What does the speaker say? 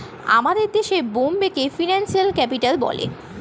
আমাদের দেশে বোম্বেকে ফিনান্সিয়াল ক্যাপিটাল বলে